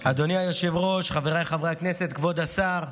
היושב-ראש, חבריי חברי הכנסת, כבוד השר,